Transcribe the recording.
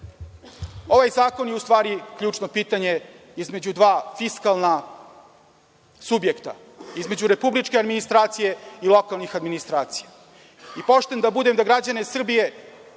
zakon je u stvari ključno pitanje između dva fiskalna subjekta, između republičke administracije i lokalnih administracija. I pošten da budem, građane Srbije